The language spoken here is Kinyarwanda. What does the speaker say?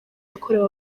yakorewe